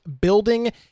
building